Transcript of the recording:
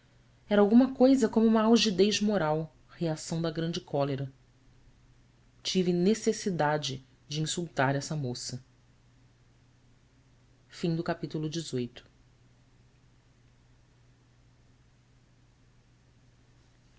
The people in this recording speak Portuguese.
era alguma coisa como uma algidez moral reação da grande cólera tive necessidade de insultar essa moça